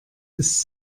ist